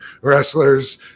wrestlers